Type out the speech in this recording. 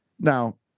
Now